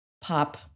pop